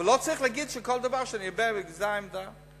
אבל לא צריך להגיד שכל דבר שאני מדבר, זו העמדה.